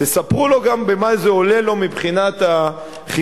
תספרו לו גם במה זה עולה לו מבחינת הכימיקלים,